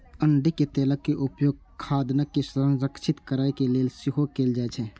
अरंडीक तेलक उपयोग खाद्यान्न के संरक्षित करै लेल सेहो कैल जाइ छै